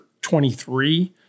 23